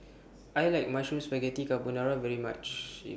I like Mushroom Spaghetti Carbonara very much